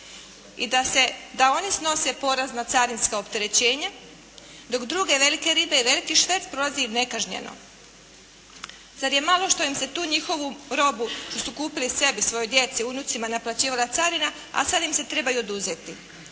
da oni snose porez na carinska opterećenja dok druge velike ribe i veliki šverc prolazi nekažnjeno. Zar je malo što im se tu njihovu robu što su kupili sebi, svojoj djeci, unucima naplaćivala carina, a sad im se treba oduzeti.